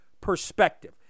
perspective